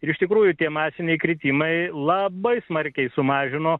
ir iš tikrųjų tie masiniai kritimai labai smarkiai sumažino